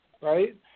Right